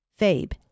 Fabe